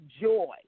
joy